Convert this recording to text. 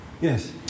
Yes